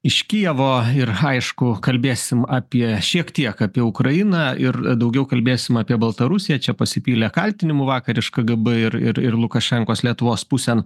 iš kijevo ir aišku kalbėsim apie šiek tiek apie ukrainą ir daugiau kalbėsim apie baltarusiją čia pasipylė kaltinimų vakar iš kgb ir ir ir lukašenkos lietuvos pusėn